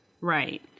Right